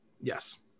Yes